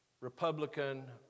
Republican